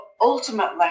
ultimately